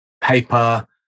paper